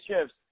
shifts